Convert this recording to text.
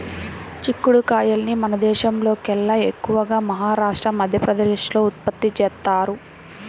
చిక్కుడు కాయల్ని మన దేశంలోకెల్లా ఎక్కువగా మహారాష్ట్ర, మధ్యప్రదేశ్ లో ఉత్పత్తి చేత్తారు